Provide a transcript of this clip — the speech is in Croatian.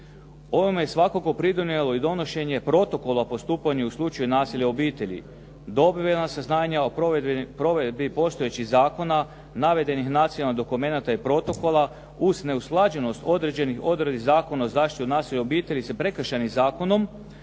Ovome je svakako pridonijelo i donošenje protokola u postupanju u slučaju nasilja u obitelji. Dobivamo saznanja o provedbi postojećih zakona navedenih nacionalnih dokumenata i protokola uz neusklađenost određenih odredbi Zakona o zaštiti od nasilja u obitelji sa Prekršajnim zakonom